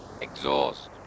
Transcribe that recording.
exhaust